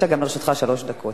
לרשותך שלוש דקות.